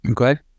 Okay